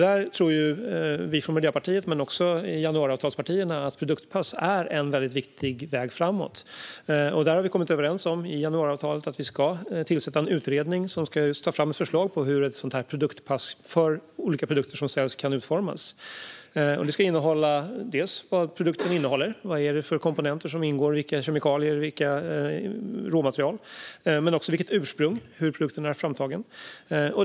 Vi i Miljöpartiet och i januariavtalspartierna tror att produktpass är en viktig väg framåt. I januariavtalet har vi kommit överens om att tillsätta en utredning som ska ta fram förslag på hur ett produktpass för olika produkter som säljs kan utformas. Det ska inkludera vad produkten innehåller - komponenter, kemikalier, råmaterial och så vidare - vilket ursprung den har och hur den är framtagen.